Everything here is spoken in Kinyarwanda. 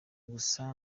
gusa